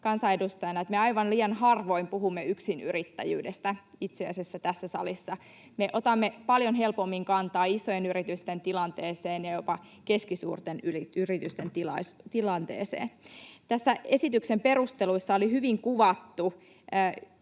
kansanedustajana, että me itse asiassa aivan liian harvoin puhumme yksinyrittäjyydestä tässä salissa. Me otamme paljon helpommin kantaa isojen yritysten tilanteeseen ja jopa keskisuurten yritysten tilanteeseen. Tässä esityksen perusteluissa oli hyvin kuvattu